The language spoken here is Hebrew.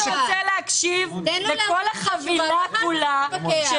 צריך להקשיב לכל החבילה כולה.